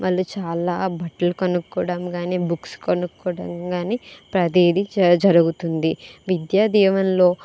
వాళ్లు చాలా బట్టలు కొనుక్కోవడం గాని బుక్స్ కొనుక్కోవడం కాని ప్రతీది జ జరుగుతుంది విద్యా దీవెనలో